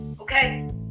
okay